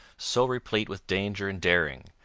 so replete with danger and daring,